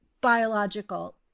Biological